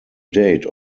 date